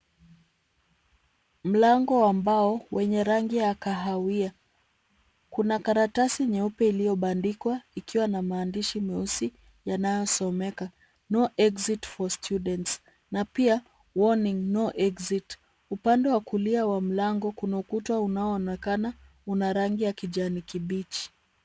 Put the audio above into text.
Mlango ambao wenye rangi ya kahawia. Kuna karatasi nyeupe iliyobandikwa ikiwa na maandishi meusi, yanayosomeka no exit for student na pia warning, no exit .Upande wa kulia wa mlango kuna ukuta unaoonekana una rangi ya kijani kibichi.